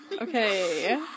Okay